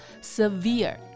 severe